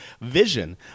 vision